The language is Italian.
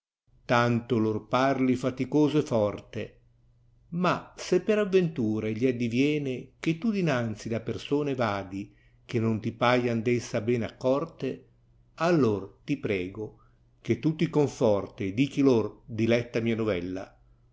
tanto lor parli faticoso e forte ma fé per attentura egli addiviene che tu dinanzi da persone vadi che non ti paian dessa bene accorte ali or ti prego che tu ti con forte dichi lor diletta mia novella